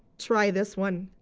try this one.